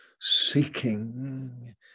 seeking